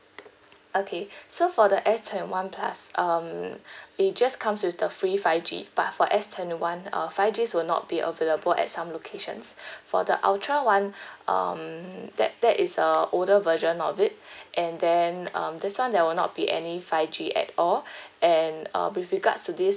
okay so for the S twenty one plus um it just comes with the free five G but for S twenty one uh five G will not be available at some locations for the ultra one um that that is a older version of it and then um this one there will not be any five G at all and uh with regards to this this